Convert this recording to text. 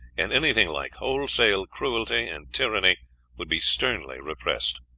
and anything like wholesale cruelty and tyranny would be sternly repressed.